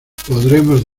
podremos